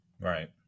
Right